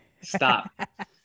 stop